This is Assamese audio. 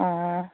অঁ